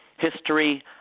History